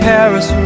Paris